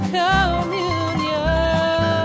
communion